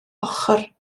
ochr